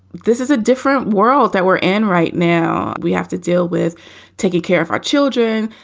this is a different world that we're in right now. we have to deal with taking care of our children,